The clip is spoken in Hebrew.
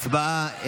הצבעה.